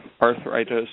arthritis